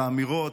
את האמירות.